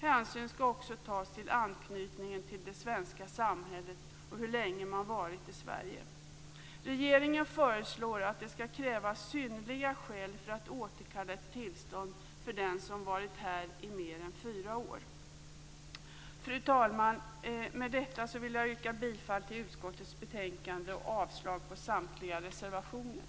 Hänsyn skall också tas till anknytningen till det svenska samhället och till hur länge man varit i Sverige. Regeringen föreslår att det skall krävas synnerliga skäl för att återkalla ett tillstånd för den som varit här i mer än fyra år. Fru talman! Med detta vill jag yrka bifall till utskottets hemställan i betänkandet och avslag på samtliga reservationer.